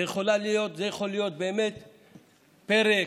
זה יכול להיות פרק,